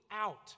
out